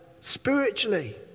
spiritually